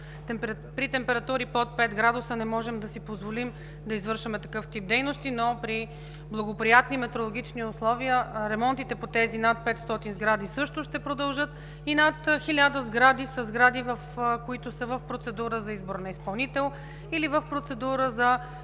при температури под 5 градуса не можем да си позволим такъв тип дейности, но при благоприятни метеорологични условия ремонтите по тези над 500 сгради ще продължат. Над 1000 сгради са сгради, които са в процедура за избор на изпълнител или процедура за